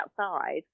outside